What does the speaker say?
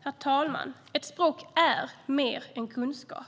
Herr talman! Ett språk är mer än kunskap.